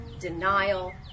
denial